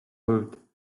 хувьд